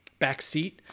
backseat